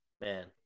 Man